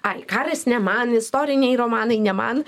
ai karas ne man istoriniai romanai ne man